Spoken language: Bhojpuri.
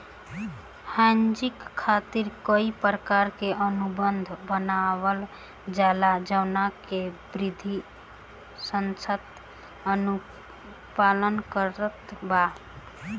हेजिंग खातिर कई प्रकार के अनुबंध बनावल जाला जवना के वित्तीय संस्था अनुपालन करत बा